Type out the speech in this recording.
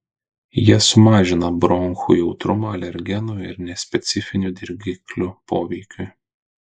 jie sumažina bronchų jautrumą alergenų ir nespecifinių dirgiklių poveikiui